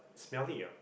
it's smelly ah